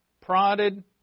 prodded